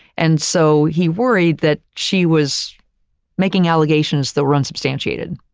and so, he worried that she was making allegations that were unsubstantiated.